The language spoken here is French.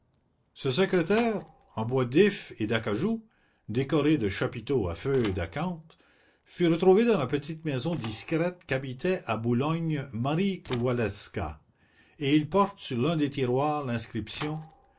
ce secrétaire en bois d'if et d'acajou décoré de chapiteaux à feuilles d'acanthe fut retrouvé dans la petite maison discrète qu'habitait à boulogne marie walewska et il porte sur l'un de ses tiroirs l'inscription